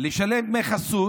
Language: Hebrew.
לשלם דמי חסות